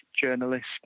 journalist